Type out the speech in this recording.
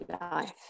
life